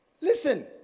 Listen